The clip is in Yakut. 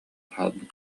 хаалбыт